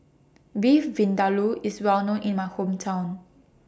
Beef Vindaloo IS Well known in My Hometown